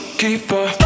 keeper